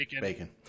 bacon